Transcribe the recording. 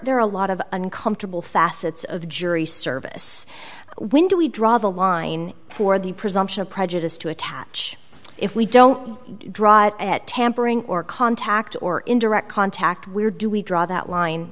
there are a lot of uncomfortable facets of jury service when do we draw the line for the presumption of prejudice to attach if we don't drive at tampering or contact or indirect contact where do we draw that line